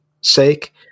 sake